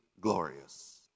glorious